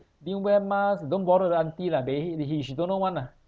didn't wear mask don't bother the auntie lah dey that he she don't know [one] ah